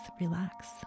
relax